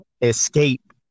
escape